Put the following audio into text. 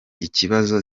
ikibazo